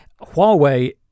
Huawei